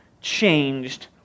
changed